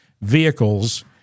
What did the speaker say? vehicles